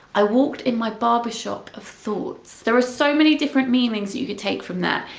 i walked in my barber shop of thoughts. there are so many different meanings you could take from that.